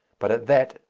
but at that,